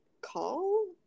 call